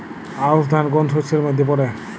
আউশ ধান কোন শস্যের মধ্যে পড়ে?